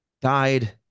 died